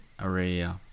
area